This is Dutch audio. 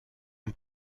een